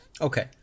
Okay